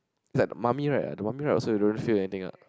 it's like the Mummy ride the Mummy ride also you don't feel anything [what]